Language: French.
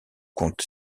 compte